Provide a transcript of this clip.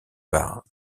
par